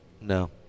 no